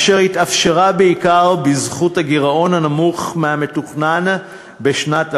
אשר התאפשרה בעיקר בזכות הגירעון הנמוך מהמתוכנן בשנת 2013,